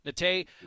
Nate